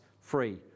free